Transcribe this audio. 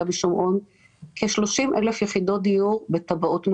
ושומרון כ-30 אלף יחידות דיור בתב"עות מאושרות.